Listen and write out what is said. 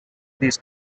these